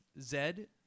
Zed